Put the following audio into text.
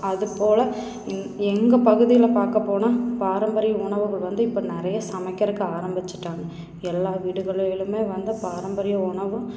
அதுபோல எங்கள் பகுதியில் பார்க்கப் போனால் பாரம்பரிய உணவுகள் வந்து இப்போ நிறைய சமைக்கிறதுக்கு ஆரம்பித்துட்டாங்க எல்லா வீடுகளிலுமே வந்து பாரம்பரிய உணவும்